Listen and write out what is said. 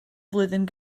flwyddyn